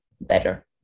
better